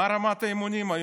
מה רמת האימונים היום?